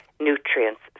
nutrients